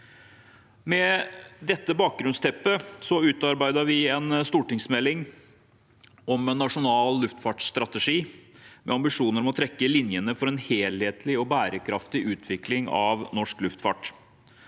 Med dette bakgrunnsteppet har vi utarbeidet en stortingsmelding om en nasjonal luftfartsstrategi, med ambisjoner om å trekke linjene for en helhetlig og bærekraftig utvikling av norsk luftfart.